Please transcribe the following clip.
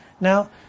Now